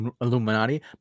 Illuminati